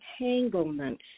entanglement